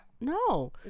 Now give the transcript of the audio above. No